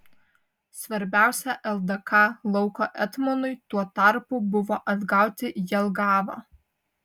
svarbiausia ldk lauko etmonui tuo tarpu buvo atgauti jelgavą